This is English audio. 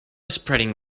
spreading